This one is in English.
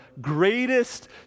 greatest